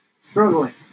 struggling